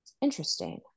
interesting